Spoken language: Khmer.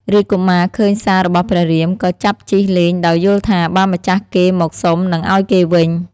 រាជកុមារឃើញសាររបស់ព្រះរាម ក៏ចាប់ជិះលេងដោយយល់ថា បើម្ចាស់គេមកសុំនឹងឱ្យគេវិញ។